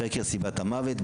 בחקר סיבת המוות,